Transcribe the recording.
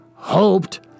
Hoped